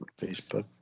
Facebook